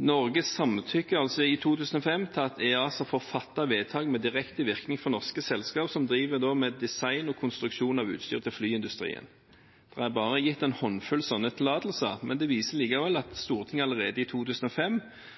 Norge samtykket altså i 2005 til at EASA får fatte vedtak med direkte virkning for norske selskap som driver med design og konstruksjon av utstyr til flyindustrien. Det er bare gitt en håndfull sånne tillatelser, men det viser likevel at Stortinget allerede i 2005